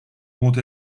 umut